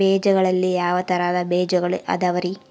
ಬೇಜಗಳಲ್ಲಿ ಯಾವ ತರಹದ ಬೇಜಗಳು ಅದವರಿ?